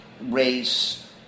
race